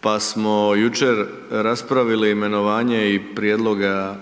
pa smo jučer raspravili imenovanje i prijedloga